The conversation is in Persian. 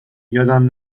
یادم